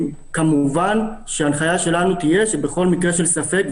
כמובן ההנחיה שלנו תהיה בכל מקרה של ספק,